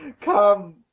come